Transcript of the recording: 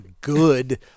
good